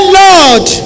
lord